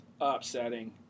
upsetting